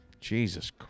Jesus